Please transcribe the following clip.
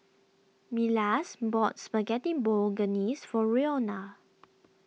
Milas bought Spaghetti Bolognese for Roena